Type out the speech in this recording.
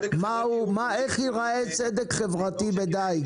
איך ייראה צדק חברתי בדיג?